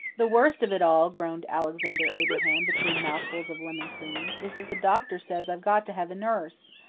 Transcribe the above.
the worst of it all, groaned alexander abraham, between mouthfuls of lemon cream, is that the doctor says i've got to have a nurse.